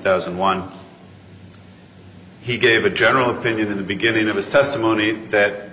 thousand and one he gave a general opinion in the beginning of his testimony that